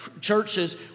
Churches